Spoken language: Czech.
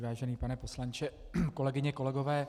Vážený pane poslanče, kolegyně, kolegové.